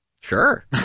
Sure